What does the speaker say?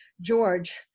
george